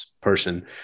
person